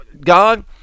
God